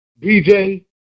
BJ